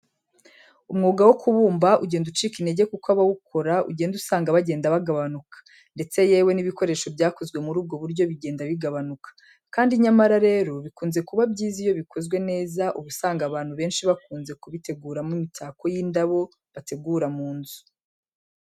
Umwuga wo kubumba ugenda ucika intege kuko abawukora ugenda usanga bagenda bagabanuka ndetse yewe n'ibikoresho byakozwe muri ubwo buryo bigenda bigabanuka, kandi nyamara rero bikunze kuba byiza iyo bikozwe neza uba usanga abantu benshi bakunze kubiteguramo imitako y'indabo bategura mu nzu.